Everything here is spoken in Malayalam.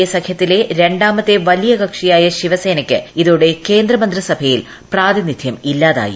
എ സഖ്യത്തിലെ രണ്ടാമത്തെ വലിയ കക്ഷിയായ ശിവസേനയ്ക്ക് ഇതോടെ കേന്ദ്രമന്ത്രിസഭയിൽ പ്രാതിനിധ്യം ഇല്ലാതായി